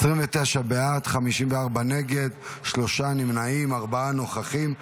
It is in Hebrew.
29 בעד, 54 נגד, שלושה נמנעים, ארבעה נוכחים.